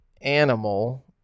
animal